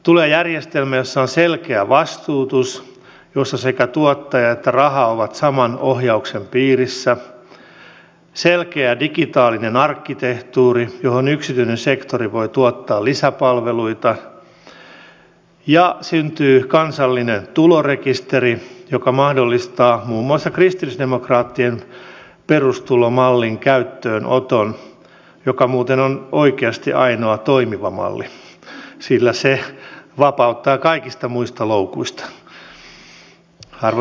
tulee järjestelmä jossa on selkeä vastuutus jossa sekä tuottaja että raha ovat saman ohjauksen piirissä selkeä digitaalinen arkkitehtuuri johon yksityinen sektori voi tuottaa lisäpalveluita ja syntyy kansallinen tulorekisteri joka mahdollistaa muun muassa kristillisdemokraattien perustulomallin käyttöönoton joka muuten on oikeasti ainoa toimiva malli sillä se vapauttaa kaikista muista loukuista